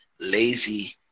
lazy